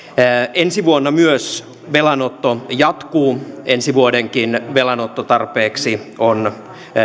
ensi vuonna myös velanotto jatkuu ensi vuodenkin velanottotarpeeksi on